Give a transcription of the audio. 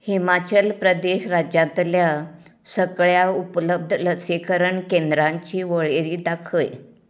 हिमाचल प्रदेश राज्यांतल्या सगळ्या उपलब्ध लसीकरण केंद्रांची वळेरी दाखय